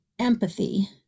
Empathy